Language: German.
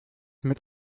mit